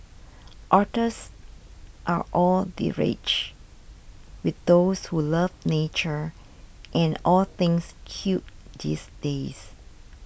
otters are all the rage with those who love nature and all things cute these days